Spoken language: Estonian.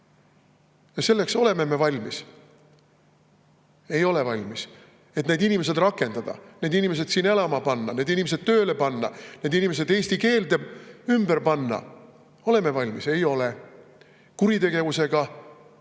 Kas selleks oleme me valmis? Ei ole valmis. Et need inimesed rakendada, need inimesed siin elama panna, need inimesed tööle panna, need inimesed eesti keelde ümber panna – oleme valmis? Ei ole. Kuritegevusega toimetulemiseks